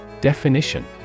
Definition